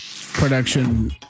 production